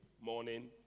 morning